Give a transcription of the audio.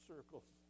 circles